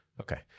Okay